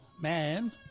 man